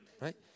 right